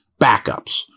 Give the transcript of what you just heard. backups